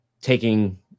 taking